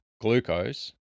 glucose